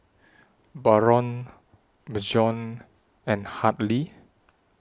Barron Bjorn and Hadley